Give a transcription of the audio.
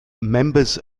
members